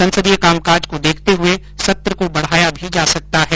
संसदीय कामकाज को देखते हुए सत्र को बढ़ाया भी जा सकता है